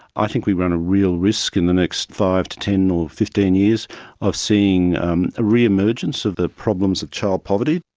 i think we run a real risk in the next five to ten or fifteen years of seeing a re-emergence of the problems of child poverty.